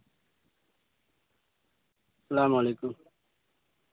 السّلام علیکم